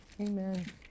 Amen